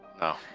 No